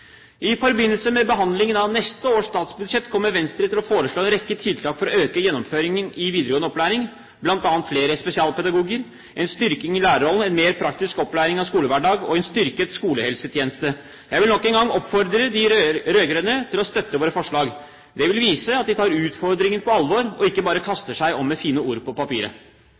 I forbindelse med behandlingen av neste års statsbudsjett kommer Venstre til å foreslå en rekke tiltak for å øke gjennomføringen av videregående opplæring, bl.a. flere spesialpedagoger, styrking av lærerrollen, en mer praktisk opplæring i skolehverdagen og en styrket skolehelsetjeneste. Jeg vil nok en gang oppfordre de rød-grønne til å støtte våre forslag. Det vil vise at de tar utfordringene på alvor, og ikke bare kaster om seg med fine ord på papiret.